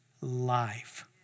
life